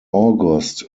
august